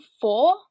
four